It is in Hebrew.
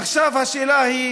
עכשיו, השאלות: